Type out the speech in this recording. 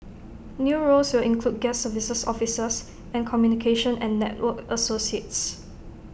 new roles will include guest services officers and communication and network associates